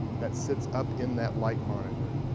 that sits up in that light monitor.